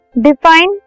Define